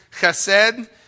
chesed